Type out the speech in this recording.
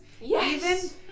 Yes